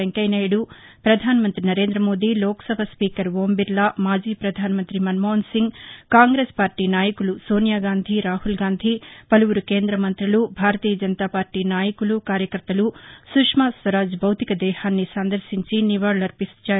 వెంకయ్యనాయుడు ప్రధానమంత్రి సరేంద్రమోదీ లోక్సభ స్పీకర్ ఓంబిర్లా మాజీ ప్రధానమంతి మన్మోహన్సింగ్ కాంగ్రెస్ పార్లీ నాయకులు సోనియాగాంధీ రాహుల్గాంధీ పలువురు కేంద్రమంతులు భారతీయ జనతాపార్లీ నాయకులు కార్యకర్తలు సుష్మాస్వరాజ్ భౌతిక దేహాన్ని సందర్శించి నివాళులర్పించారు